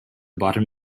bottom